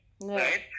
right